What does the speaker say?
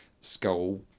skull